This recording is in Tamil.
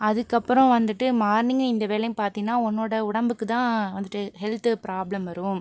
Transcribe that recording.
அதுக்கப்புறம் வந்துட்டு மார்னிங் இந்த வேலையும் பார்த்தீங்கனா உன்னோட உடம்புக்குதான் வந்துட்டு ஹெல்த் ப்ராப்ளம் வரும்